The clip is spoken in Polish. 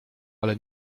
ale